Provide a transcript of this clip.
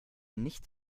nicht